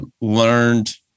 learned